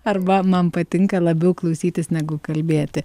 arba man patinka labiau klausytis negu kalbėti